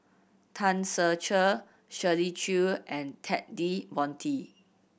Tan Ser Cher Shirley Chew and Ted De Ponti